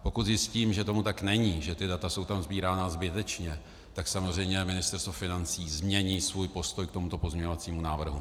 Pokud zjistím, že tomu tak není, že ta data jsou tam sbírána zbytečně, tak samozřejmě Ministerstvo financí změní svůj postoj k tomuto pozměňovacímu návrhu.